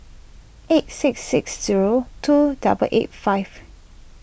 eight six six zero two double eight five